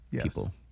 people